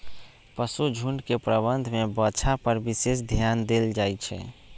पशुझुण्ड के प्रबंधन में बछा पर विशेष ध्यान देल जाइ छइ